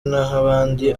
n’abandi